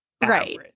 Right